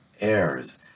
heirs